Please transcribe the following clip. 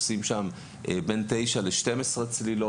עושים בו בין תשע ל-12 צלילות.